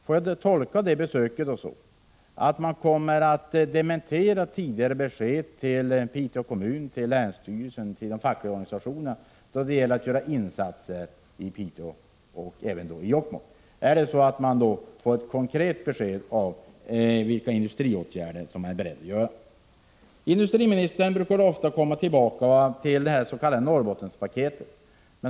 Får jag tolka det så att man vid besöket kommer att dementera tidigare besked till Piteå kommun, till länsstyrelsen, till de fackliga organisationerna beträffande insatserna i Piteå och i Jokkmokk? Är det så att vi kommer att få ett konkret besked om vilka industriåtgärder som regeringen är beredd att vidta? Industriministern brukar ofta komma tillbaka till det s.k. Norrbottenpaketet.